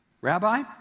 Rabbi